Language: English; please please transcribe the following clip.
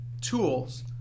tools